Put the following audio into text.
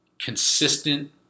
Consistent